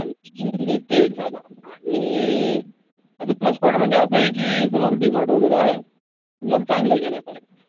आणि ते एक झाला आणि आत प्लस पॉईंट म्हणजे असं आहे की समोर डीमार्ड वगैरे आहे तुम्हाला चांगलं आहे घेण्यासारखं